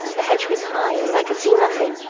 the hedge was high, and i could see nothing,